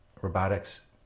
robotics